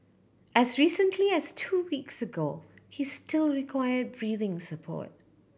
as recently as two weeks ago he still required breathing support